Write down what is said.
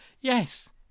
yes